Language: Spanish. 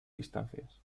distancias